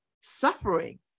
suffering